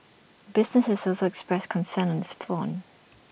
businesses also expressed concern on this front